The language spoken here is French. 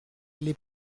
les